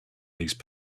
these